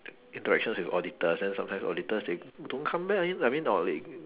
interaction with auditors then sometimes auditors they don't come back I mean or they